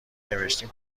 نوشتین